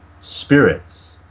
spirits